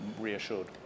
reassured